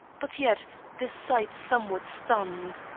but yet the sight somewhat stunned.